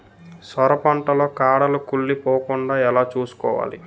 సొర పంట లో కాడలు కుళ్ళి పోకుండా ఎలా చూసుకోవాలి?